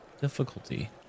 difficulty